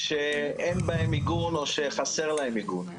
במקומות שאין בהם מיגון או שחסר להם מיגון.